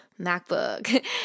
MacBook